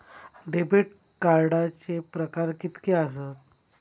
Debit कार्डचे प्रकार कीतके आसत?